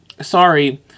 sorry